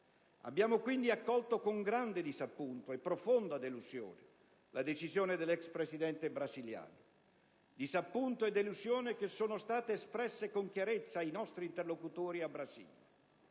Abbiamo quindi accolto con grande disappunto e profonda delusione la decisione dell'ex Presidente brasiliano. Disappunto e delusione che sono stati espressi con chiarezza ai nostri interlocutori a Brasilia.